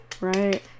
Right